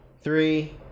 three